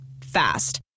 Fast